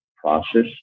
process